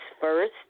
first